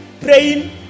Praying